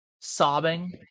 sobbing